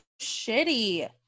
shitty